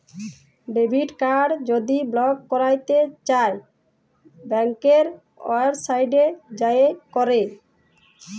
debit card যদি block ক্যইরতে চাই ব্যাংকের ওয়েবসাইটে যাঁয়ে ক্যরে